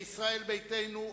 ישראל ביתנו,